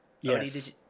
Yes